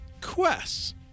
quests